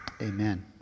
Amen